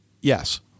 yes